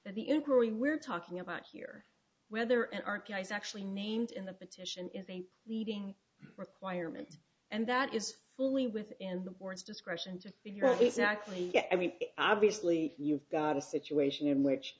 the inquiry we're talking about here whether and aren't guys actually named in the petition is a leading requirement and that is fully within the board's discretion to figure out exactly i mean obviously you've got a situation in which